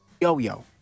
yo-yo